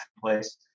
place